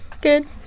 Good